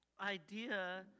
idea